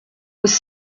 was